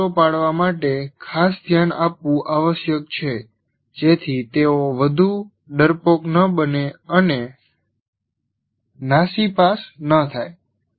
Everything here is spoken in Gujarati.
ટેકો પૂરો પાડવા માટે ખાસ ધ્યાન આપવું આવશ્યક છે જેથી તેઓ વધુ ડરપોક ન બને અને નાસીપાસ ન થાય